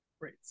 great